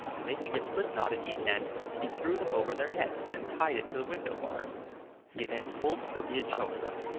and making a slip-knot at each end, he threw them over their heads, and tied it to the window-bars he then pulled till he had choked them.